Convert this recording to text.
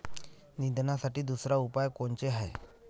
निंदनासाठी दुसरा उपाव कोनचा हाये?